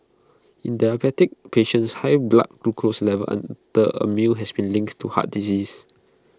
in diabetic patients high blood glucose levels under A meal has been linked to heart disease